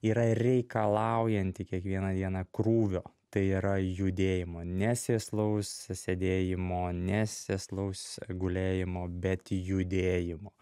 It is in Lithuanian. yra reikalaujanti kiekvieną dieną krūvio tai yra judėjimo ne sėslaus sėdėjimo ne sėslaus gulėjimo bet judėjimo